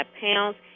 pounds